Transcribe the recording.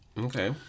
Okay